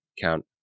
count